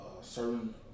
certain